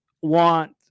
want